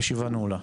הישיבה נעולה.